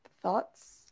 thoughts